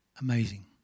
Amazing